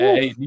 Hey